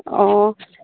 অঁ